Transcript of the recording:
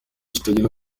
kitagira